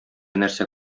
нәрсә